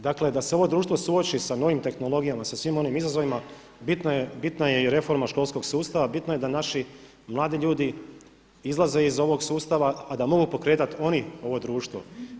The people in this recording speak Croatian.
Dakle, da se ovo društvo suoči sa novim tehnologijama, sa svim onim izazovima bitna je i reforma školskog sustava, bitno je da naši mladi ljudi izlaze iz ovog sustava, a da mogu pokretat oni ovo društvo.